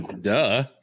duh